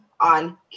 on